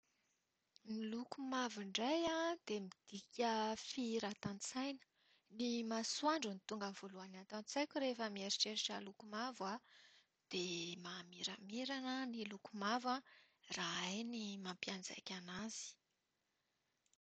Ny loko mavo indray dia midika fihiratan-tsaina. Ny masoandro no tonga voalohany ato an-tsaiko rehefa mieritreritra loko mavo aho. Dia mahamiramirana ny loko mavo raha hay ny mampianjaika anazy.